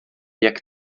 jak